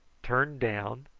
turned down,